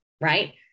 Right